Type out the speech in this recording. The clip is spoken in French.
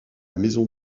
maison